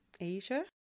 Asia